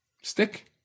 stick